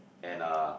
and a